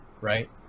right